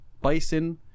bison